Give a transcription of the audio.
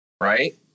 right